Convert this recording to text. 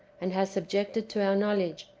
and has subjected to our knowledge,